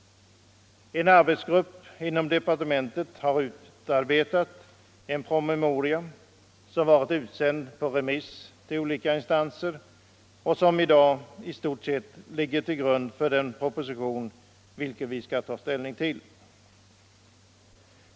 En arbetsgrupp inom departementet har utarbetat en promemoria, som varit ute på remiss till olika instanser och som i stort sett ligger till grund för den proposition vi skall ta ställning till.